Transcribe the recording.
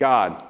God